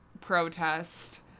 protest